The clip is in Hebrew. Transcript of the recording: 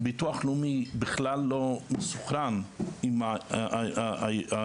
ביטוח לאומי בכלל לא מסונכרן עם האבחון.